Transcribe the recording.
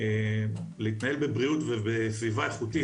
להתנהל בבריאות ובסביבה איכותית,